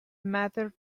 mattered